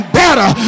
better